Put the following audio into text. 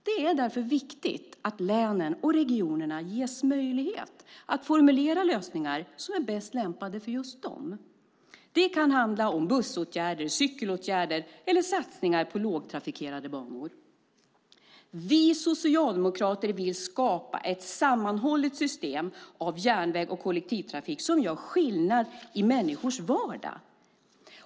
Det är därför viktigt att länen och regionerna ges möjlighet att formulera lösningar som är bäst lämpade för just dem. Det kan handla om bussåtgärder, cykelåtgärder eller satsningar på lågtrafikerade banor. Vi socialdemokrater vill skapa ett sammanhållet system av järnväg och kollektivtrafik som gör skillnad i människors vardag.